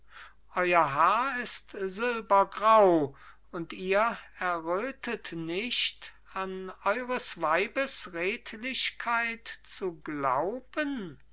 euer haar ist silbergrau und ihr errötet nicht an eures weibes redlichkeit zu glauben